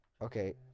Okay